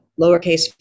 lowercase